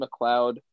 McLeod